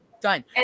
done